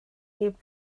heb